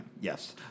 yes